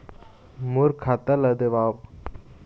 मोर खाता ला देवाव?